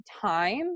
time